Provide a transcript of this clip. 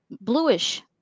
bluish